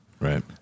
Right